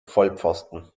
vollpfosten